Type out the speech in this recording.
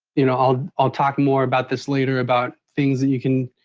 you know i'll i'll talk more about this later about things that you can.